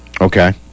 Okay